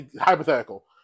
hypothetical